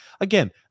again